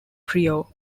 trio